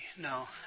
No